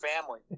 family